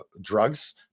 drugs